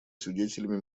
свидетелями